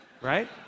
right